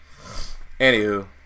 Anywho